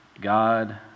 God